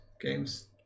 games